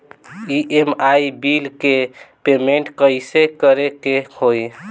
EMI bill के payment कइसे करे के होई?